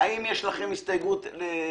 האם יש לכם הסתייגות לסינים?